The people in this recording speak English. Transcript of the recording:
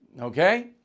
Okay